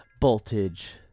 voltage